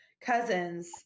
cousins